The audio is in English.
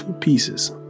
pieces